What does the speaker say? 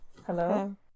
Hello